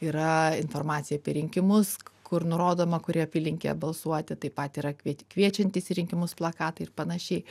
yra informacija apie rinkimus kur nurodoma kurioje apylinkėje balsuoti taip pat yra kviet kviečiantys į rinkimus plakatai ir panašiai